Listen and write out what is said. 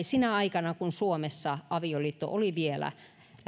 sinä aikana kun suomessa avioliitto oli vielä